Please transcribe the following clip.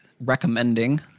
recommending